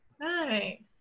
Nice